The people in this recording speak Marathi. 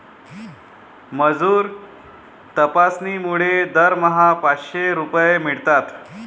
मजूर तपासणीमुळे दरमहा पाचशे रुपये मिळतात